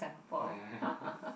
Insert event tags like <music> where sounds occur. oh ya ya <laughs>